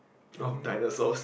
of dinosaurs ppl